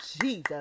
jesus